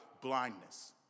blindness